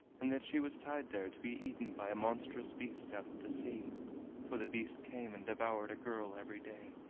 and that she was tied there to be eaten by a monstrous beast out of the sea for the beast came and devoured a girl every day.